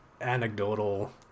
anecdotal